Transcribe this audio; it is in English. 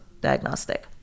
diagnostic